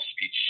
speech